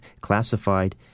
classified